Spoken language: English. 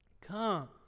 come